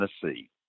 tennessee